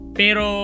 pero